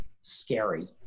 scary